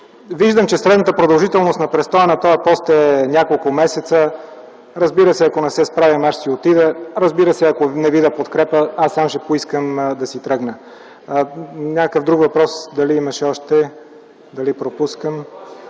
Виждам, че средната продължителност на престоя на този пост е няколко месеца. Разбира се, ако не се справим, аз ще си отида. Разбира се, ако не видя подкрепа, аз сам ще поискам да си тръгна. Някакъв друг въпрос дали имаше още, дали пропускам?